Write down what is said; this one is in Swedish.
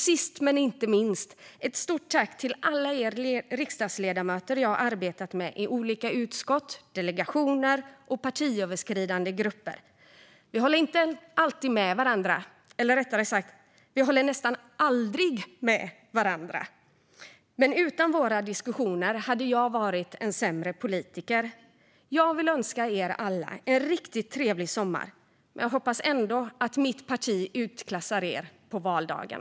Sist men inte minst: Ett stort tack till alla er riksdagsledamöter som jag arbetat med i olika utskott, delegationer och partiöverskridande grupper. Vi håller inte alltid med varandra, eller rättare sagt: Vi håller nästan aldrig med varandra. Men utan våra diskussioner hade jag varit en sämre politiker. Jag vill önska er alla en riktigt trevlig sommar, men jag hoppas ändå att mitt parti utklassar er på valdagen.